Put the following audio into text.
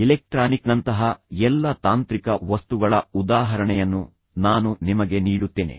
ಎಲೆಕ್ಟ್ರಾನಿಕ್ನಂತಹ ಎಲ್ಲಾ ತಾಂತ್ರಿಕ ವಸ್ತುಗಳ ಉದಾಹರಣೆಯನ್ನು ನಾನು ನಿಮಗೆ ನೀಡುತ್ತೇನೆ